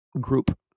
group